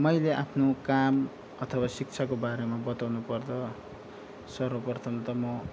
मैले आफ्नो काम अथवा शिक्षाको बारेमा बताउनु पर्दा सर्वप्रथम त म